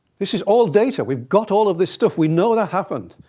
this is all data. we've got all of this stuff. we know that happened.